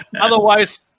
Otherwise